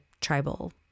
tribal